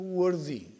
worthy